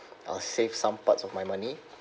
I'll save some parts of my money